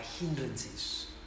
hindrances